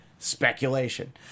speculation